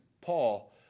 Paul